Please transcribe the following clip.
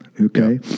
Okay